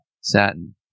satin